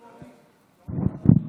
כבוד היושב-ראש, כנסת נכבדה, כבוד השר,